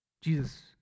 Jesus